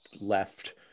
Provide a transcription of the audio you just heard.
left